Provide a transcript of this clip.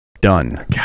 done